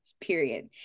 Period